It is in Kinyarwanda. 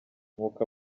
nk’uko